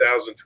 2020